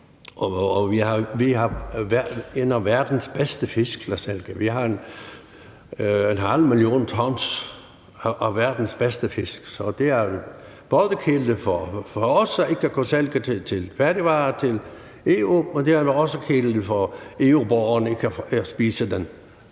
Vi har nogle af verdens bedste fisk, vi har en halv million tons af verdens bedste fisk, så det er både en ulempe for os ikke at kunne sælge færdigvarer til EU, men det er også en ulempe for EU-borgerne ikke at kunne spise den